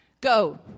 Go